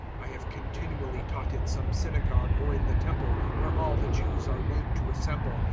i have continually taught in some synagogue or in the temple where all the jews are wont to assemble,